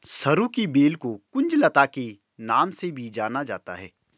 सरू की बेल को कुंज लता के नाम से भी जाना जाता है